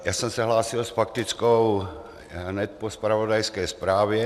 Já jsem se hlásil s faktickou hned po zpravodajské zprávě.